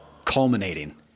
Culminating